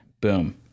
Boom